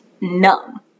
numb